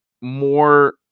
more